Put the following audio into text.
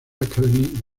academy